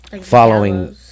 following